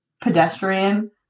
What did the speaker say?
pedestrian